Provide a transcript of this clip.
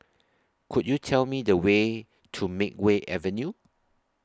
Could YOU Tell Me The Way to Makeway Avenue